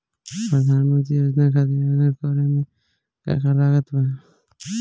प्रधानमंत्री योजना खातिर आवेदन करे मे का का लागत बा?